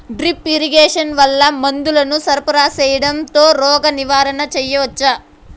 Drip irrigation వల్ల మందులను సరఫరా సేయడం తో రోగ నివారణ చేయవచ్చా?